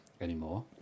anymore